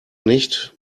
nicht